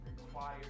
required